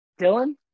Dylan